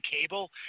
cable